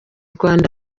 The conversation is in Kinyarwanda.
rwanda